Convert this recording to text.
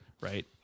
Right